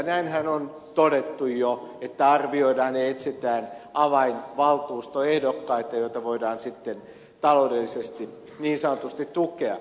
näinhän on todettu jo että arvioidaan ja etsitään avainvaltuustoehdokkaita joita voidaan sitten taloudellisesti niin sanotusti tukea